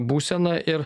būsena ir